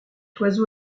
oiseau